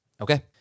Okay